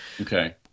Okay